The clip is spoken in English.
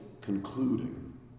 concluding